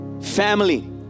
family